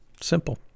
Simple